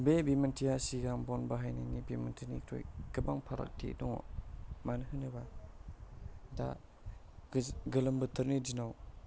बे बिमोन्थिया सिगां बन बाहायनायनि बिमोन्थिनि थयै गोबां फारागथि दङ मानो होनोब्ला दा गोलोम बोथोरनि दिनाव